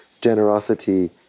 generosity